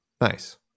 nice